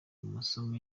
masomo